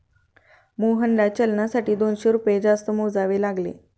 मोहनला चलनासाठी दोनशे रुपये जास्त मोजावे लागले